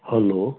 hello